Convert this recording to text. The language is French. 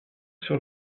sur